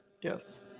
Yes